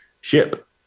ship